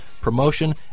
promotion